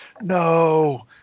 no